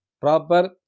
proper